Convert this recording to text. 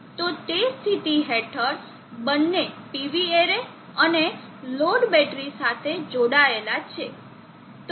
તો તે સ્થિતિ હેઠળ બંને PV એરે અને લોડ બેટરી સાથે જોડાયેલા છે